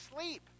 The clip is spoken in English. sleep